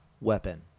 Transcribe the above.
weapon